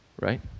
right